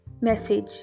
message